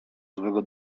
złego